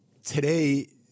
Today